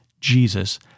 Jesus